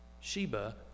Sheba